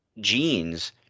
genes